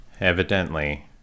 Evidently